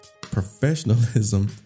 professionalism